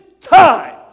time